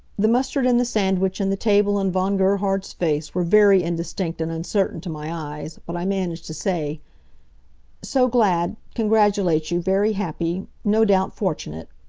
the mustard and the sandwich and the table and von gerhard's face were very indistinct and uncertain to my eyes, but i managed to say so glad congratulate you very happy no doubt fortunate